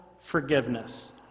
Forgiveness